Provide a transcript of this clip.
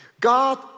God